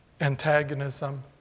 antagonism